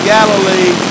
Galilee